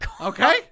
Okay